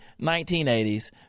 1980s